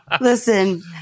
Listen